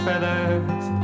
Feathers